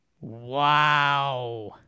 Wow